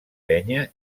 penya